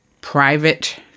private